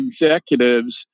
executives